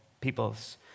peoples